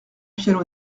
piano